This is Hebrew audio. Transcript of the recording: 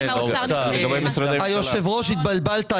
היושב-ראש התבלבלת.